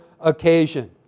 occasion